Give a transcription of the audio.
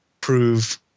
prove